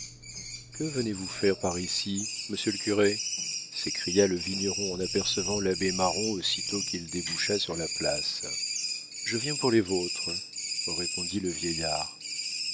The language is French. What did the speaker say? que venez-vous faire par ici monsieur le curé s'écria le vigneron en apercevant l'abbé marron aussitôt qu'il déboucha sur la place je viens pour les vôtres répondit le vieillard